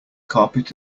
carpet